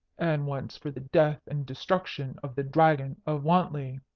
and once for the death and destruction of the dragon of wantley.